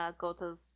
Goto's